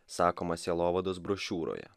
sakoma sielovados brošiūroje